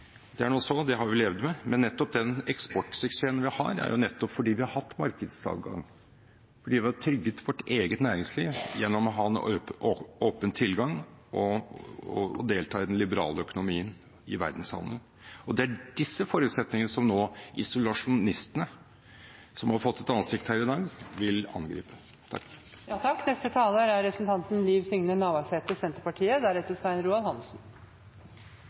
det er nå så, det har vi levd med. Men den eksportsuksessen vi har, har vi jo nettopp fordi vi har hatt markedsadgang, fordi vi har trygget vårt eget næringsliv gjennom å ha en åpen tilgang til å delta i den liberale økonomien i verdenshandelen. Og det er disse forutsetningene som isolasjonistene – som har fått et ansikt her i dag – nå vil angripe.